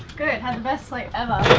good. had the best sleep ever.